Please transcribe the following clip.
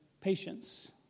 patience